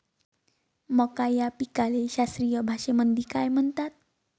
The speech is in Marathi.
मका या पिकाले शास्त्रीय भाषेमंदी काय म्हणतात?